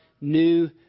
new